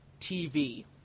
TV